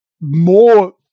more